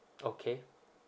okay